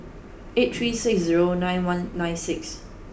eight three six zero nine one nine six